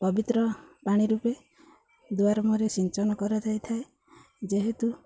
ପବିତ୍ର ପାଣି ରୂପେ ଦୁଆର ମୁହଁରେ ସିଞ୍ଚନ କରାଯାଇ ଥାଏ ଯେହେତୁ